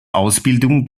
ausbildung